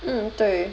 um 对